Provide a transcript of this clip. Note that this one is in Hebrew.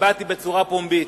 הבעתי בצורה פומבית,